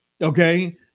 Okay